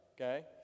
okay